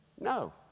No